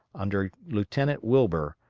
under lieutenant wilbur,